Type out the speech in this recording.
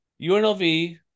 UNLV